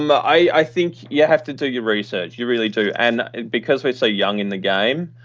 um ah i think you have to do your research, you really do. and because we're so young in the game,